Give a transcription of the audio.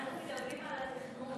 אנחנו מדברים על התכנון.